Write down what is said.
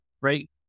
right